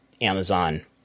Amazon